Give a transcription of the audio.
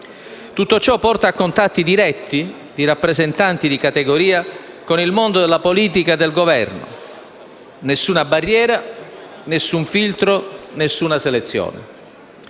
Tutto ciò porta a contatti diretti di rappresentanti di categoria con il mondo della politica e del Governo: nessuna barriera, nessun filtro, nessuna selezione.